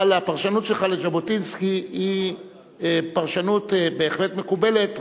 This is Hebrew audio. אבל הפרשנות שלך לז'בוטינסקי היא פרשנות בהחלט מקובלת,